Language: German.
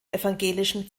evangelischen